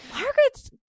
margaret's